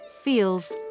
feels